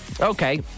okay